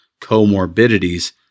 comorbidities